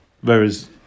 Whereas